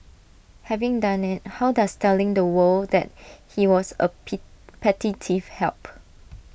having done IT how does telling the world that he was A P petty thief help